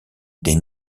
des